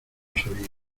sabían